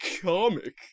comic